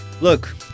look